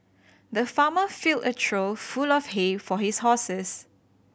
the farmer filled a trough full of hay for his horses